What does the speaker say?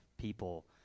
people